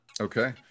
Okay